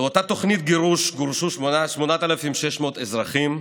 באותה תוכנית גירוש גורשו 8,600 אזרחים,